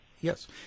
Yes